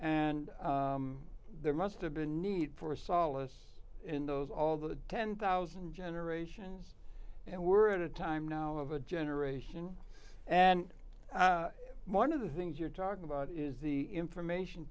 and there must have been a need for solace in those all the ten thousand generations and we're at a time now of a generation and one of the things you're talking about is the information